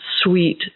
sweet